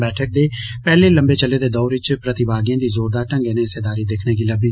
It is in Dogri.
बैठक दे पहले लम्बे चले दे दौर च प्रतिभागियें दी जोरदार ढंग्गै ने हिस्सेदारी दिक्खने गी लब्बी